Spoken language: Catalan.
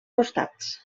costats